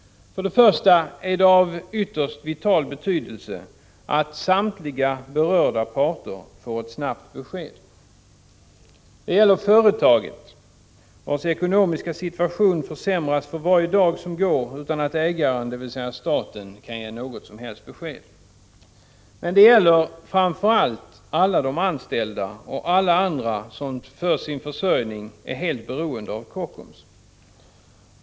För det första är det av ytterst vital betydelse att samtliga berörda parter får ett snabbt besked. Det gäller givetvis företaget, vars ekonomiska situation försämras för varje dag som går utan att ägaren, dvs. staten, kan ge något besked. Men det gäller framför allt alla de anställda och alla andra som för sin försörjning är helt beroende av Kockums.